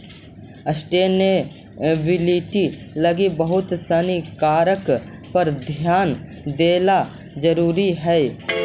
sustainability लगी बहुत सानी कारक पर ध्यान देला जरुरी हई